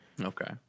Okay